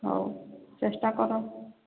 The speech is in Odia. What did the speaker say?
ହେଉ ଚେଷ୍ଟା କର